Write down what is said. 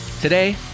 Today